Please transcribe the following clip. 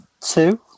Two